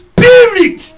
Spirit